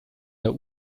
der